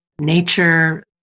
nature